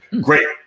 Great